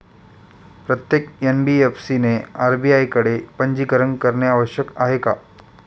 प्रत्येक एन.बी.एफ.सी ने आर.बी.आय कडे पंजीकरण करणे आवश्यक आहे का?